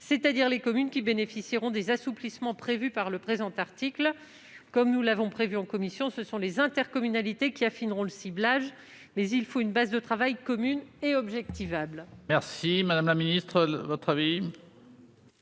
c'est-à-dire celles qui bénéficieront des assouplissements prévus par le présent article. Comme nous l'avons décidé en commission, ce sont les intercommunalités qui affineront le ciblage, mais il faut une base de travail commune et objectivable.